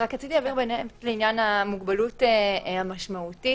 רציתי להבהיר לעניין המוגבלות המשמעותית,